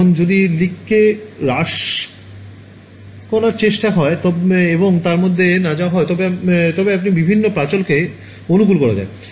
এখন যদি লিককে হ্রাস করার চেষ্টা হয় এবং তার মধ্যে না যাওয়া হয় তবে আপনি বিভিন্ন প্রাচলকে অনুকূল করা যায়